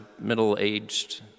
middle-aged